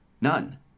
none